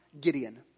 Gideon